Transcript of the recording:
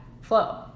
flow